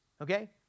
okay